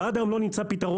ועד היום לא נמצא פתרון.